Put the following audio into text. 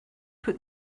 put